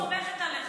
אני סומכת עליך.